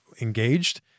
engaged